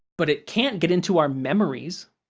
but, it can't get into our memories.